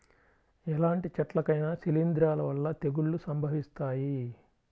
ఎలాంటి చెట్లకైనా శిలీంధ్రాల వల్ల తెగుళ్ళు సంభవిస్తాయి